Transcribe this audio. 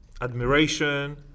admiration